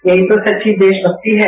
यही तो सच्ची देशमक्ति है